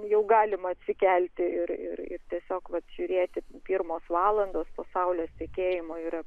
jau galima atsikelti ir ir ir tiesiog vat žiūrėti pirmos valandos pa saulės tekėjimo yra